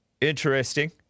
Interesting